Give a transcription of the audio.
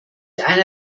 einer